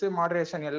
moderation